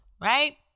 right